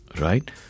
right